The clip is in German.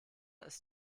ist